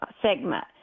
segment